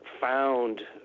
found